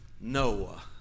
Noah